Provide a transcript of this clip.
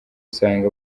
usanga